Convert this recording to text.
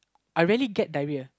I really get diarrhoea